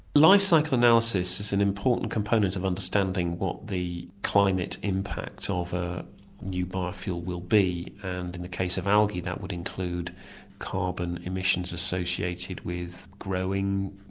lifecycle analysis is an important component of understanding what the climate impact ah of a new biofuel will be, and in the case of algae that would include carbon emissions associated with growing,